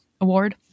award